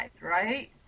right